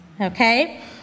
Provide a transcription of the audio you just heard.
Okay